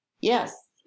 Yes